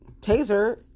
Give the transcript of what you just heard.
taser